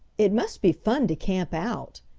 it must be fun to camp out,